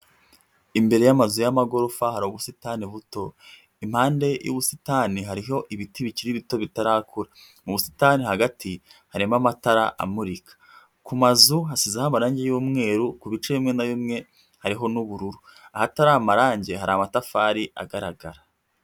Imbere y'amazu y'amagorofa, hari ubusitani buto. Impande y'ubusitani hariho ibiti bikiri bito bitarakura. Mu busitani hagati, harimo amatara amurika. Ku mazu hasizeho amarangi y'umweru ku bice bimwe na bimwe, hariho n'ubururu. Ahatari amarangi hari amatafari agaragara.